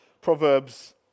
Proverbs